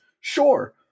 Sure